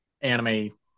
anime